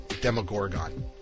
Demogorgon